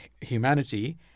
humanity